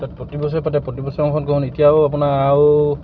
তাত প্ৰতি বছৰে পাতে প্ৰতি বছৰে অংশগ্ৰহণ এতিয়াও আপোনাৰ আৰু